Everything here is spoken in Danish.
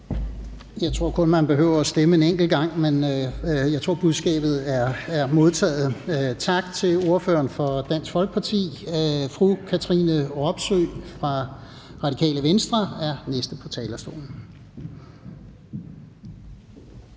Jeg tror kun, man behøver at stemme en enkelt gang, men jeg tror, budskabet er modtaget. Tak til ordføreren for Dansk Folkeparti. Fru Katrine Robsøe for Radikale Venstre er den næste på talerstolen.